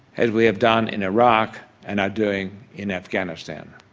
as we have done in iraq and are doing in afghanistan.